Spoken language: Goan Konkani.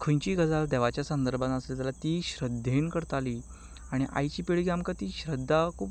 खंयचीय गजाल देवाच्या संदर्भांत आसली जाल्यार तीं श्रद्धेन करतालीं आनी आयची पिळगी आमकां ती श्रद्धा खूब